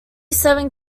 seven